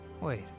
Wait